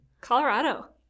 Colorado